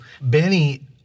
Benny